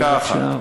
דקה אחת.